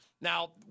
Now